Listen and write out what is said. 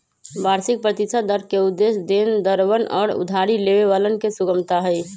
वार्षिक प्रतिशत दर के उद्देश्य देनदरवन और उधारी लेवे वालन के सुगमता हई